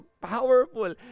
powerful